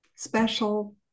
special